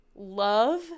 love